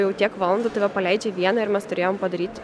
jau tiek valandų tave paleidžia vieną ir mes turėjom padaryt